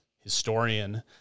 historian